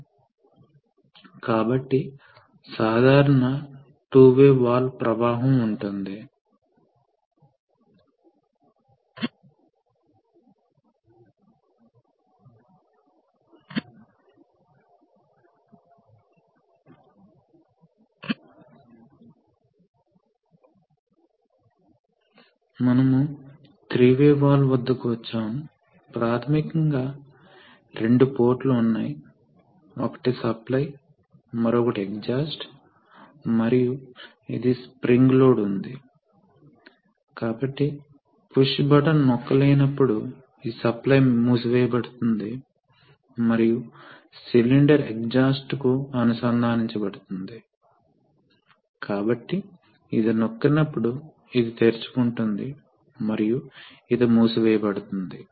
మనము మొదటి సర్క్యూట్ కి వచ్చాము ఈ సర్క్యూట్లో దీనిని అన్లోడింగ్ సర్క్యూట్ అని పిలుస్తారు సర్క్యూట్ చూడండి రెండు పంపులు ఉన్నాయి ఇది ఒక హైడ్రాలిక్ పంప్ ఇది మరొక హైడ్రాలిక్ పంప్ మరియు అవి ఒక సాధారణ మోటారు ద్వారా నడపబడుతున్నాయి కాబట్టి ఇది ప్రైమ్ మూవర్ ఇది ప్రైమ్ మూవర్ మరియు ఈ పంపులు వాస్తవానికి సమాంతరంగా అనుసంధానించబడి ఉన్నాయి ఇక్కడే ఇది లోడ్ లేదా సిస్టమ్ కి వెళుతుంది